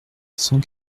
cent